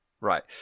Right